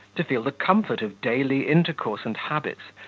to feel the comfort of daily intercourse and habits,